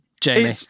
Jamie